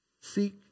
Seek